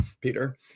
Peter